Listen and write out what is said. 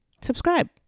subscribe